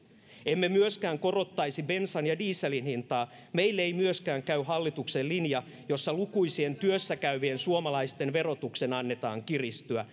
emme myöskään korottaisi bensan ja dieselin hintaa meille ei myöskään käy hallituksen linja jossa lukuisien työssäkäyvien suomalaisten verotuksen annetaan kiristyä